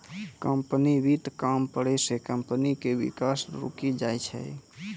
company वित्त कम पड़ै से कम्पनी के विकास रुकी जाय छै